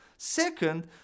Second